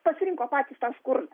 pasirinko patys tą skurdą